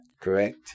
Correct